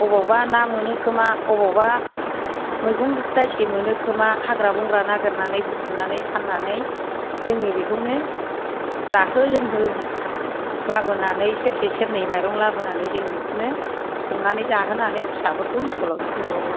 अबावबा ना मोनो खोमा अबावबा मैगं दायसे मोनो खोमा हाग्रा बंग्रा नागेरनानै बुथुमनानै फान्नानै जोङो बेखौनो जाहो लोंहो लाबोनानै सेरसे सेरनै माइरं लाबोनानै जों बेखौनो संनानै होयो संनानै जाहोनानै फिसाफोरखौ इसकलाव थिनहरो